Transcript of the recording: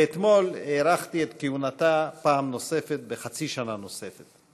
ואתמול הארכתי את כהונתה פעם נוספת בחצי שנה נוספת.